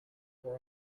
for